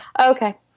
Okay